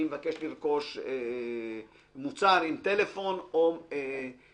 אני מבקש לרכוש מוצר עם טלפון או מכשיר